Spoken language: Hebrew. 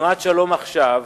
שתנועת "שלום עכשיו",